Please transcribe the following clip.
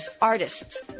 artists